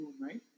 right